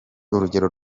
urugero